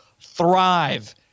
thrive